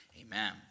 amen